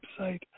website